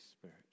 spirit